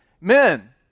men